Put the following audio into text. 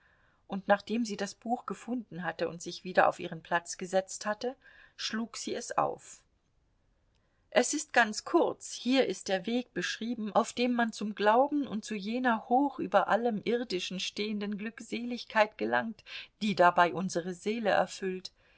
und nachdem sie das buch gefunden und sich wieder auf ihren platz gesetzt hatte schlug sie es auf es ist ganz kurz hier ist der weg beschrieben auf dem man zum glauben und zu jener hoch über allem irdischen stehenden glückseligkeit gelangt die dabei unsere seele erfüllt